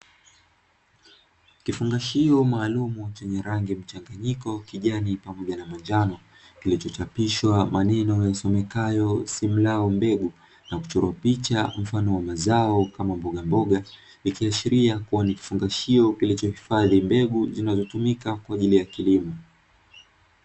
Kifungashio maalum chenye rangi ya mchanganyiko, kijani na manjano. Kile kinacho chapishwa, maneno yaliyoonekanayo 'simlao mbegu' na kuchora picha, mfumo wa mazao kama mboga mboga. Ikionyesha kuwa ni kifungashio kilichohifadhi mbegu zinazotumika kwa ajili ya kilimo.